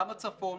גם הצפון,